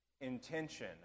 Intention